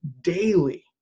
daily